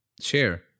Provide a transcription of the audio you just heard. share